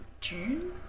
june